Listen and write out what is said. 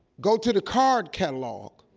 go to the card catalog,